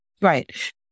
Right